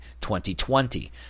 2020